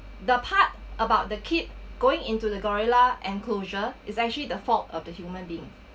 the part about the kid going into the gorilla enclosure is actually the fault of the human being